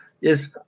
yes